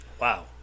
Wow